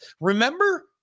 remember